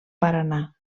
paranà